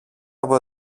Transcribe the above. από